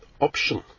option